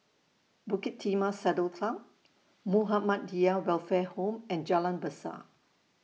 Bukit Timah Saddle Club Muhammadiyah Welfare Home and Jalan Besar